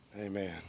amen